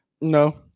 No